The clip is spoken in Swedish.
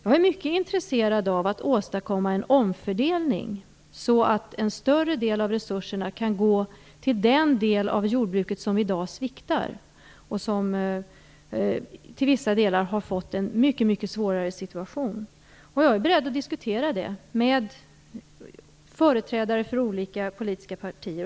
Jag är mycket intresserad av att åstadkomma en omfördelning så att en större del av resurserna kan gå till den del av jordbruket som i dag sviktar och som till vissa delar har fått en mycket svårare situation. Jag är beredd att diskutera detta med företrädare för olika politiska partier.